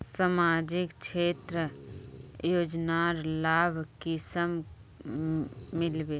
सामाजिक क्षेत्र योजनार लाभ कुंसम मिलबे?